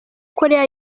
koreya